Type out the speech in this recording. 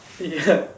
ya